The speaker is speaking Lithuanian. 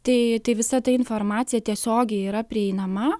tai tai visa ta informacija tiesiogiai yra prieinama